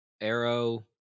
Arrow